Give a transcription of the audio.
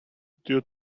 due